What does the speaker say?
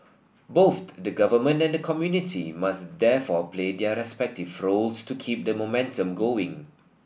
both the government and the community must therefore play their respective roles to keep the momentum going